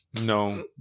no